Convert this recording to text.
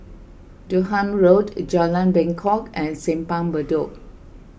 Durham Road Bengkok and Simpang Bedok